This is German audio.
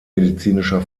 medizinischer